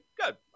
good